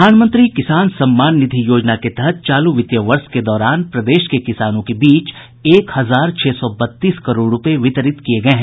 प्रधानमंत्री किसान सम्मान निधि योजना के तहत चालू वित्तीय वर्ष के दौरान प्रदेश के किसानों के बीच एक हजार छह सौ बत्तीस करोड़ रूपये वितरित किये गये हैं